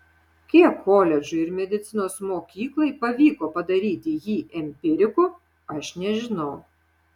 kiek koledžui ir medicinos mokyklai pavyko padaryti jį empiriku aš nežinau